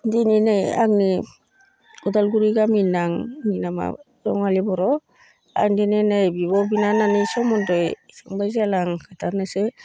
दिनै नै आंनि अदालगुरि गामिनां आंनि नामा रङालि बर' आं दिनै नै बिब' बिनानावनि सोमोन्दै सोंबाय जेला आं खोथानोसै